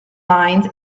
lines